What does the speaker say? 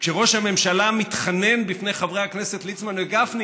שראש הממשלה מתחנן לפני חברי הכנסת ליצמן וגפני